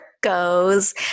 goes